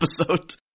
episode